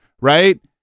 right